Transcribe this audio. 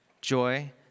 joy